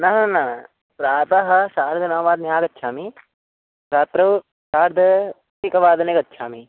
न न न प्रातः सार्धनववादने आगच्छामि रात्रौ सार्ध एकवादने गच्छामि